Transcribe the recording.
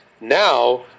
Now